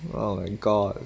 oh my god